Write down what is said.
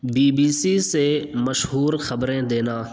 be B C سے مشہور خبریں دینا